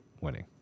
winning